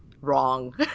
wrong